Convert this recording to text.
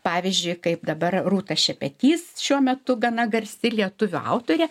pavyzdžiui kaip dabar rūta šepetys šiuo metu gana garsi lietuvių autorė